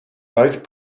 both